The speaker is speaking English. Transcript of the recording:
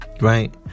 right